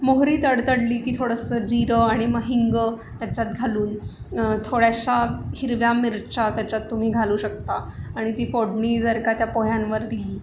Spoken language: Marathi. मोहरी तडतडली की थोडंसं जिरं आणि म हिंग त्याच्यात घालून थोड्याशा हिरव्या मिरच्या त्याच्यात तुम्ही घालू शकता आणि ती फोडणी जर का त्या पोह्यांवर दिली